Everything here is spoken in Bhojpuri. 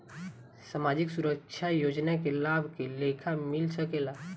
सामाजिक सुरक्षा योजना के लाभ के लेखा मिल सके ला?